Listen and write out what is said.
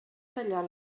tallar